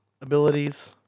abilities